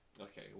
Okay